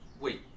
Wait